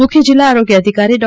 મુખ્ય જિલ્લા આરોગ્ય અધિકારી ડો